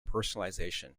personalization